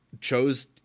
chose